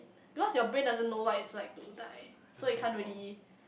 because your brain doesn't what's like to die so it can't really